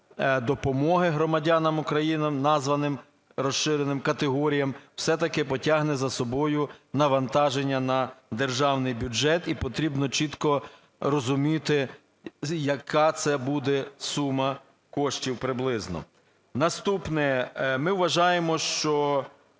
допомоги громадянам України названим розширеним категоріям все-таки потягне за собою навантаження на державний бюджет, і потрібно чітко розуміти, яка це буде сума коштів приблизно. Наступне. Ми вважаємо, що